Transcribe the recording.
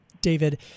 David